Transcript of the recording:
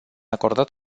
acordat